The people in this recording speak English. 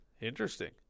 Interesting